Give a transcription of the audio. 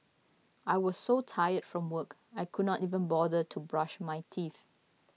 I was so tired from work I could not even bother to brush my teeth